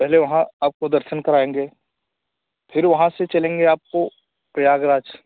पहले वहाँ आपको दर्शन कराएँगे फिर वहाँ से चलेंगे आपको प्रयागराज